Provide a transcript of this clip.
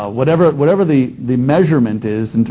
ah whatever whatever the the measurement is. and